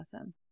awesome